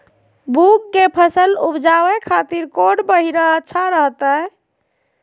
मूंग के फसल उवजावे खातिर कौन महीना अच्छा रहतय?